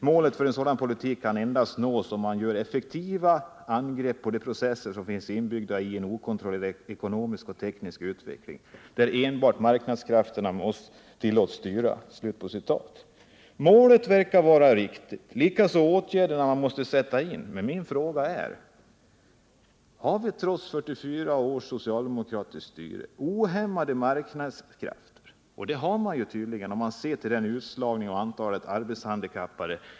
Målet för en politik av det slaget kan endast nås om man gör effektiva angrepp på de processer som finns inbyggda i en okontrollerad ekonomisk och teknisk utveckling, där enbart marknadskrafterna tillåts styra.” Målet verkar vara riktigt, likaså åtgärderna som man vill sätta in. Likafullt är jag frågande. Har vi inte, trots 44 års socialdemokratiskt styre, ohämmade marknadskrafter? Det måtte vi tydligen ha med hänsyn till utslagningen och till antalet arbetshandikappade.